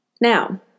Now